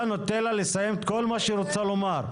אתה נותן לה לסיים את כל מה שהיא רוצה לומר.